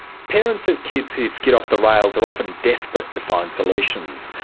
parents of kids who skid off the rails are often desperate to find solutions,